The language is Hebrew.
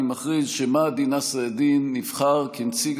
אני מכריז שמעדי נסר אל-דין נבחר כנציג